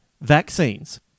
vaccines